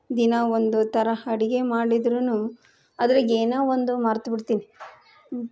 ದಿನಾ ಒಂದು ತರಹ ಅಡುಗೆ ಮಾಡಿದ್ರೂನೂ ಅದ್ರಾಗ ಏನೋ ಒಂದು ಮರ್ತುಬಿಡ್ತೀನಿ